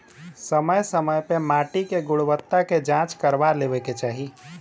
समय समय पे माटी के गुणवत्ता के जाँच करवा लेवे के चाही